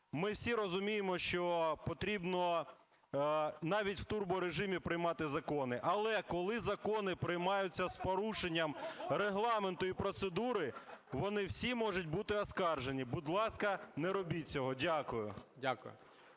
ми всі розуміємо, що потрібно навіть в турборежимі приймати закони, але коли закони приймаються з порушенням Регламенту і процедури, вони всі можуть бути оскаржені. Будь ласка, не робіть цього. Дякую.